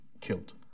killed